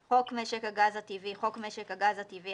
; "חוק משק הגז הטבעי" חוק משק הגז הטבעי,